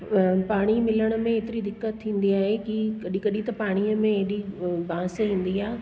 पाणी मिलण में एतिरी दिक़त थींदी आहे की कॾहिं कॾहिं त पाणीअ में अहिड़ी बांस ईंदी आहे